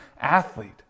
athlete